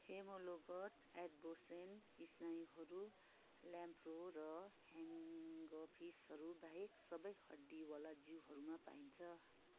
हेमोलोगोट एड्बोसेन स्नायुहरू ल्याम्पो र ह्याङ्गोफिसहरूबाहेक सबै हड्डीवाला जीवहरूमा पाइन्छ